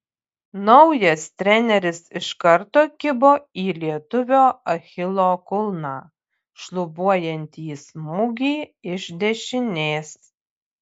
naujas treneris iš karto kibo į lietuvio achilo kulną šlubuojantį smūgį iš dešinės